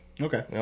Okay